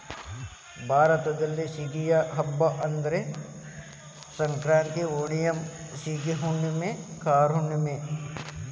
ಭಾರತದಲ್ಲಿ ಸುಗ್ಗಿಯ ಹಬ್ಬಾ ಅಂದ್ರ ಸಂಕ್ರಾಂತಿ, ಓಣಂ, ಸೇಗಿ ಹುಣ್ಣುಮೆ, ಕಾರ ಹುಣ್ಣುಮೆ